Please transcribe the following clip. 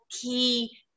key